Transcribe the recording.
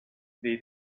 nei